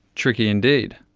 tricky indeed,